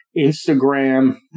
Instagram